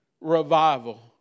revival